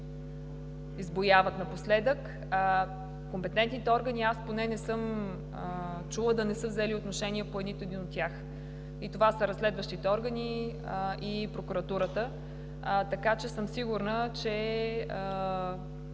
избуяват напоследък, компетентните органи – аз поне не съм чула, да не са взели отношение по нито един от тях и това са разследващите органи и прокуратурата. Така че съм сигурна, че